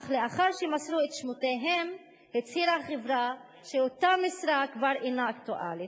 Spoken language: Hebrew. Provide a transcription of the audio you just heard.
אך לאחר שמסרו את שמותיהם הצהירה החברה שאותה משרה כבר אינה אקטואלית.